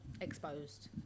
exposed